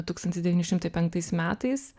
tūkstantis devyni šimtai penktais metais